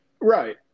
Right